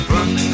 Run